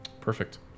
Perfect